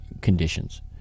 conditions